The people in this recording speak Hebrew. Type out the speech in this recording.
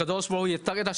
הקדוש ברוך הוא יפתח את השמים,